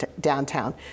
downtown